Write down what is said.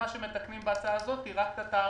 מה שמתקנים בהצעה הזאת זה רק את התאריכים.